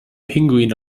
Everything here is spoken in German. pinguin